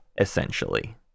essentially